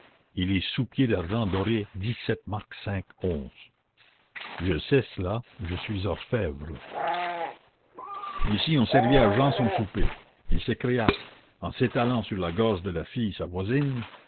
et les sous-pieds d'argent doré dix-sept marcs cinq onces je sais cela je suis orfèvre ici on servit à jehan son souper il s'écria en s'étalant sur la gorge de la fille sa voisine